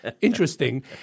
interesting